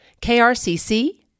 KRCC